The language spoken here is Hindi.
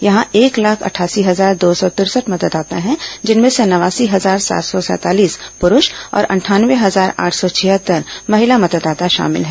यहां एक लाख अठासी हजार दो सौ तिरसठ मतदाता हैं जिनमें से नवासी हजार सात सौ सैंतालीस पुरूष और अंठानवे हजार आठ सौ छिहत्तर महिला मतदाता शामिल हैं